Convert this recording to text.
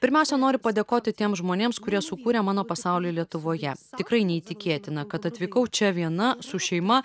pirmiausia noriu padėkoti tiems žmonėms kurie sukūrė mano pasaulį lietuvoje tikrai neįtikėtina kad atvykau čia viena su šeima